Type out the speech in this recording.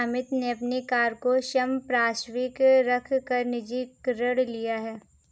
अमित ने अपनी कार को संपार्श्विक रख कर निजी ऋण लिया है